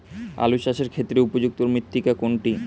আলু চাষের ক্ষেত্রে উপযুক্ত মৃত্তিকা কোনটি?